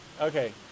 okay